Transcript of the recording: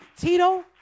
Tito